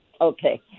Okay